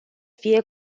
fie